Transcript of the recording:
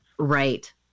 Right